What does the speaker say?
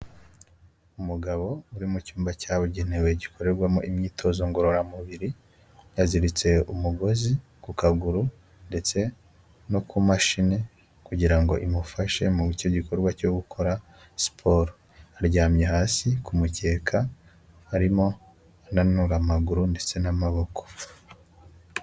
Umugabo uri mu cyumba cyabu ugenewe gikorerwamo imyitozo ngororamubiri, yaziritse umugozi ku kaguru ndetse no ku mashini kugira ngo imufashe muri icyo gikorwa cyo gukora siporo, aryamye hasi ku mukeka arimo ananura amaguru ndetse n'amaboko.